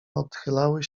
odchylały